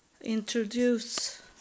introduce